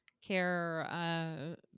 care